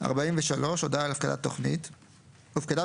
הודעה על הפקדת תוכנית 43. הופקדה